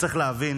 צריך להבין